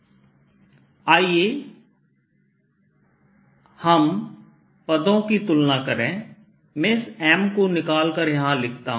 Br0KR331r32cosθrsinθ Br04π3mrr mr3 mmz Br04π3mcosθr mcosθr sinθr304π2mcosθrmsinθr3 आइए हम पदों की तुलना करें मैं इस m को निकाल कर यहाँ लिखता हूं